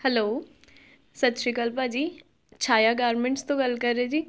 hello ਸਤਿ ਸ਼੍ਰੀ ਅਕਾਲ ਭਾਅ ਜੀ ਛਾਇਆ ਗਾਰਮੈਂਟਸ ਤੋਂ ਗੱਲ ਕਰ ਰਹੇ ਜੀ